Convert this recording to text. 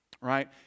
Right